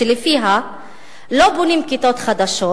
שלפיה לא בונים כיתות חדשות.